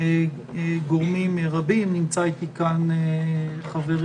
גורמים רבים, נמצא אתי חברי